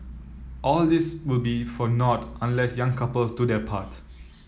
all this will be for naught unless young couples do their part